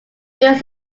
fields